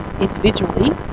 individually